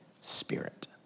Spirit